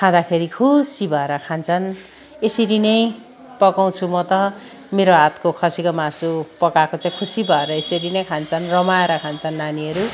खाँदाखेरि खुसी भएर खान्छन् यसरी नै पकाउँछु म त मेरो हातको खसीको मासु पकाएको चाहिँ खुसी भएर यसरी नै खान्छन् रमाएर खान्छन् नानीहरू